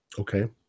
Okay